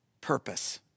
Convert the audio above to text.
purpose